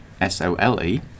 S-O-L-E